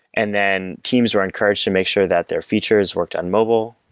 and then teams were encouraged to make sure that their features worked on mobile,